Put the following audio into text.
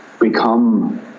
become